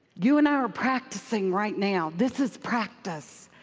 you and i are practicing right now. this is practice.